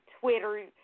Twitter